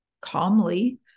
calmly